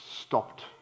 stopped